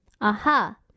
Aha